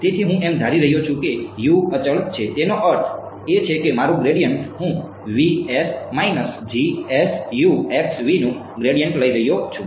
તેથી હું એમ ધારી રહ્યો છું કે અચળ છે તેનો અર્થ એ છે કે મારું ગ્રેડિયન્ટ હું નું ગ્રેડિયન્ટ લઈ રહ્યો છું